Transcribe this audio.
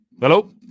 Hello